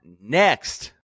next